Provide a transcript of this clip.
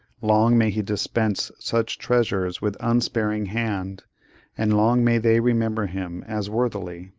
long may he dispense such treasures with unsparing hand and long may they remember him as worthily!